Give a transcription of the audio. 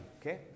okay